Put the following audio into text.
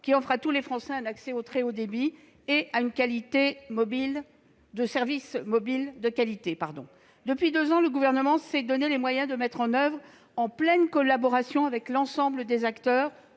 qui offre à tous les Français un accès au très haut débit et à des services mobiles de qualité. Depuis deux ans, le Gouvernement s'est donné les moyens de mettre en oeuvre, en pleine collaboration avec l'ensemble des acteurs,